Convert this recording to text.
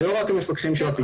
ולא רק מפקחים של הפיצו"ח.